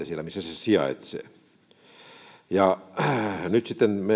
siellä missä se sijaitsee nyt sitten